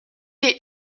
est